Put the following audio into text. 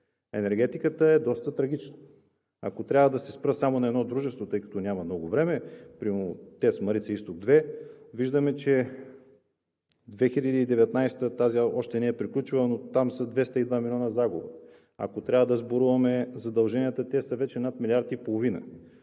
енергетиката е доста трагична? Ако трябва да се спра само на едно дружество, тъй като няма много време, примерно ТЕЦ „Марица изток 2“, виждаме, че през 2019 г., тази не е приключила, но там са 202 милиона загуба. Ако трябва да сборуваме задълженията, те са вече над милиард и половина.